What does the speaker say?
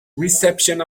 reception